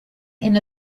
and